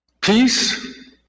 Peace